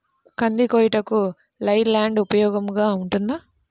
కంది కోయుటకు లై ల్యాండ్ ఉపయోగముగా ఉంటుందా?